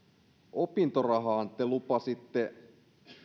opintorahaan te lupasitte